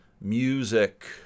music